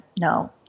no